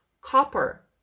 copper